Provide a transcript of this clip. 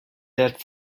that